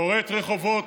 קוראת רחובות,